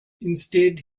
instead